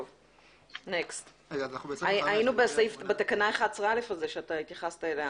היינו בתקנה 11א אליה התייחסנו.